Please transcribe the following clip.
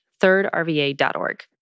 thirdrva.org